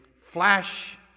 flash